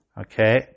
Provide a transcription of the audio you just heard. Okay